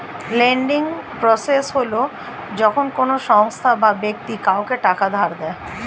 lending process হল যখন কোনো সংস্থা বা ব্যক্তি কাউকে টাকা ধার দেয়